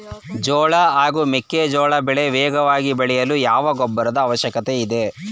ಜೋಳ ಹಾಗೂ ಮೆಕ್ಕೆಜೋಳ ಬೆಳೆ ವೇಗವಾಗಿ ಬೆಳೆಯಲು ಯಾವ ಗೊಬ್ಬರದ ಅವಶ್ಯಕತೆ ಇದೆ?